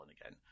again